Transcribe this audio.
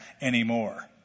anymore